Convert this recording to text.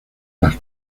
las